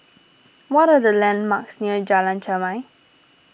what are the landmarks near Jalan Chermai